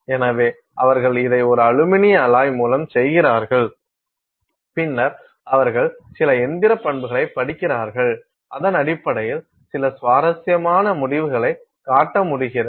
எனவே அவர்கள் இதை ஒரு அலுமினிய அலாய் மூலம் செய்கிறார்கள் பின்னர் அவர்கள் சில இயந்திர பண்புகளைப் படிக்கிறார்கள் அதன் அடிப்படையில் சில சுவாரஸ்யமான முடிவுகளைக் காட்ட முடிகிறது